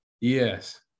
Yes